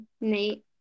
nate